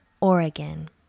Oregon